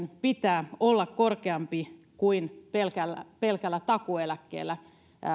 pitää olla korkeampi kuin pelkällä pelkällä takuueläkkeellä